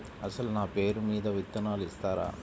అసలు నా పేరు మీద విత్తనాలు ఇస్తారా?